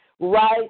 right